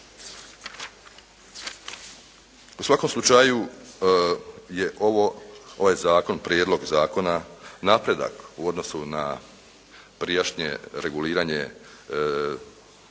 U svakom slučaju je ovo, ovaj zakon, prijedlog zakona napredak u odnosu na prijašnje reguliranje državnih